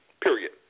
period